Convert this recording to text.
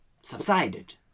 subsided